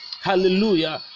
Hallelujah